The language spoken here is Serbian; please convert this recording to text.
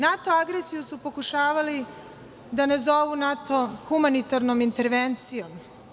NATO agresiju su pokušavali da nazovu NATO humanitarnom intervencijom.